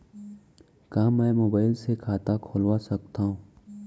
का मैं मोबाइल से खाता खोलवा सकथव?